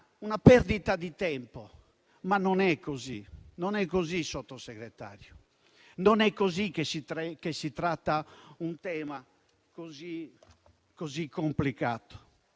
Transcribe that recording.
una perdita di tempo. Ma non è così, Sottosegretario. Non è così che si tratta un tema così complicato.